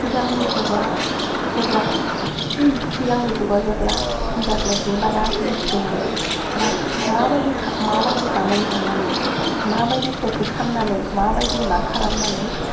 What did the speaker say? सिगांनि जुगाव जेब्ला सिगांनि जुगाव जेब्ला इन्टारनेटनि बारा इउस गैयामोन बा माबायदि माबायदि जामुं जानानै माबायदि प्रेक्टिस खालामनानै माबायदि मा खालामनानै